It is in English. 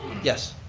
yes,